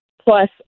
Plus